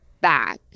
back